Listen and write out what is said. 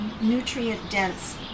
nutrient-dense